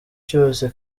cyose